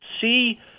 see